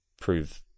prove